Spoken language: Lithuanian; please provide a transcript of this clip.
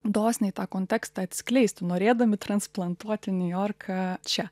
dosniai tą kontekstą atskleist norėdami transplantuoti niujorką čia